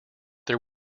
there